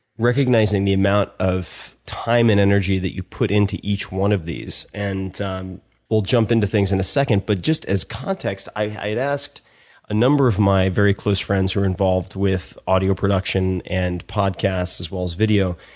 recognizing the amount of time and energy that you put into each one of these. and um we'll jump into things in a second, but just as context i had asked a number of my very close friends who are involved with audio production and podcasts, as well as video,